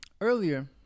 earlier